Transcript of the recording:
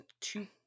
two